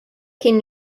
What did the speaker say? kien